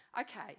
okay